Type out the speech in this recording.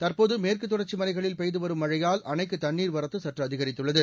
தற்போது மேற்குத்தொடர்ச்சி மலைகளில் பெய்துவரும் மழையால் அணைக்கு தண்ணீர்வரத்து சற்று அதிகரித்துள்ளது